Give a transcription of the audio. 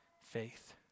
faith